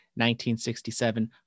1967